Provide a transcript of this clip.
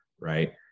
right